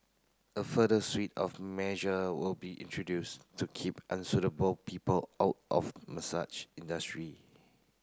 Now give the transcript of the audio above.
a further suite of measure will be introduced to keep unsuitable people out of massage industry